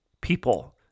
people